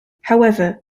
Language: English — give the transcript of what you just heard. however